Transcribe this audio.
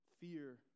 Fear